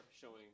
showing